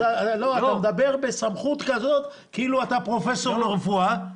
אתה מדבר בסמכות כזו כאילו אתה פרופסור לרפואה.